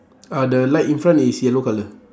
ah the light in front is yellow colour